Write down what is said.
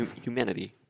Humanity